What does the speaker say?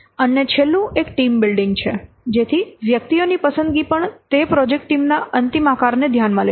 અને છેલ્લું એક ટીમ બિલ્ડિંગ છે જેથી વ્યક્તિઓની પસંદગી પણ તે પ્રોજેક્ટ ટીમના અંતિમ આકારને ધ્યાનમાં લેશે